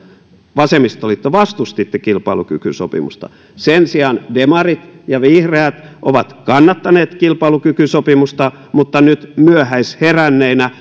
vastustitte kilpailukykysopimusta sen sijaan demarit ja vihreät ovat kannattaneet kilpailukykysopimusta mutta nyt myöhäisheränneinä